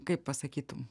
kaip pasakytum